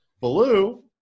blue